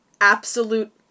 absolute